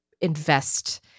invest